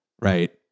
right